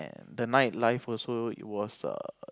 the night life also it was err